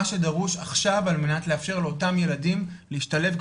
שדרוש עכשיו על מנת לאפשר לאותם ילדים להשתלב,